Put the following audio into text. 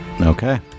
Okay